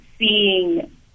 Seeing